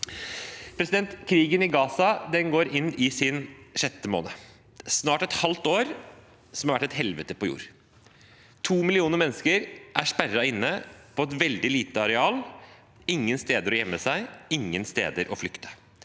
er nå. Krigen i Gaza går inn i sin sjette måned – snart et halvt år som har vært et helvete på jord. To millioner mennesker er sperret inne på et veldig lite areal. Det er ingen steder å gjemme seg, ingen steder å flykte.